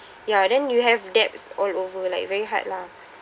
ya then you have debts all over like very hard lah